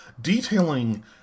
detailing